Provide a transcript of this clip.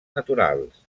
naturals